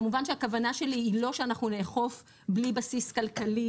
כמובן שהכוונה שלי היא לא שאנחנו נאכוף בלי בסיס כלכלי,